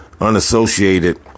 Unassociated